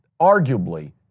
arguably